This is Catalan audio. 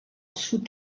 sud